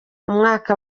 umwaka